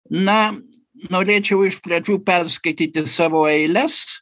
na norėčiau iš pradžių perskaityti savo eiles